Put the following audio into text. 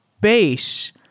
base